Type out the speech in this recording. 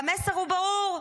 והמסר הוא ברור,